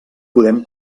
podem